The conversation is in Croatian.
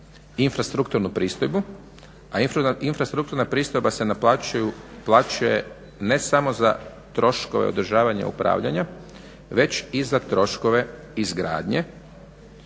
infrastrukturnu pristojbu, a infrastrukturna pristojba se naplaćuje ne samo za troškove održavanja i upravljanja već i za troškove izgradnje,